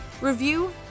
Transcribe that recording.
review